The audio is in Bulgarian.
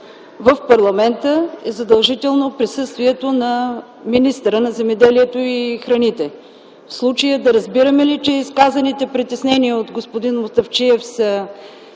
в парламента, задължително е присъствието на министъра на земеделието и храните. В случая да разбираме ли, че изказаните притеснения от господин Мутафчиев са